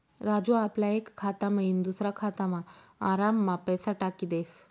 राजू आपला एक खाता मयीन दुसरा खातामा आराममा पैसा टाकी देस